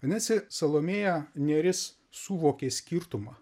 vadinasi salomėja nėris suvokė skirtumą